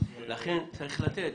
לכן צריך לתת.